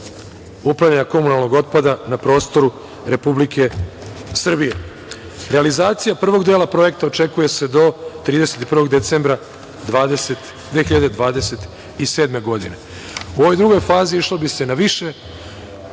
upravljanja komunalnog otpada na prostoru Republike Srbije. Realizacija prvog dela projekta očekuje se do 31. decembra 2027. godine.U ovoj drugoj fazi išlo bi se na više